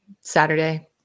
Saturday